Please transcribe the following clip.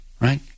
right